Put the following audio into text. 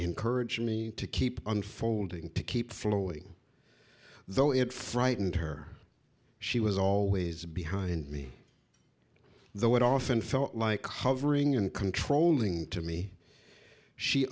encourage me to keep unfolding to keep flowing though it frightened her she was always behind me the what often felt like hovering and controlling to me she